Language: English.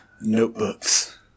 Notebooks